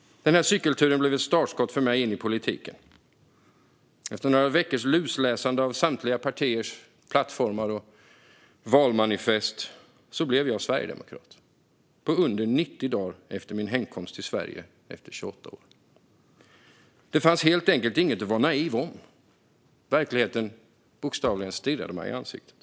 Denna cykeltur blev ett startskott för mig in i politiken. Efter några veckors lusläsande av samtliga partiers plattformar och valmanifest blev jag sverigedemokrat, mindre än 90 dagar efter min hemkomst till Sverige efter 28 år utomlands. Det fanns ingenting att vara naiv om. Verkligheten stirrade mig bokstavligen i ansiktet.